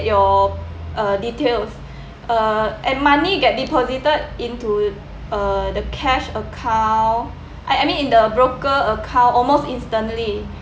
your uh details uh and money get deposited into uh the cash account I I mean in the broker account almost instantly